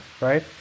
right